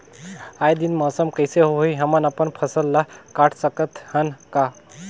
आय दिन मौसम कइसे होही, हमन अपन फसल ल काट सकत हन का?